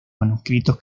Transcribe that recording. manuscritos